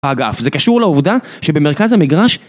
אגב, זה קשור לעובדה שבמרכז המגרש...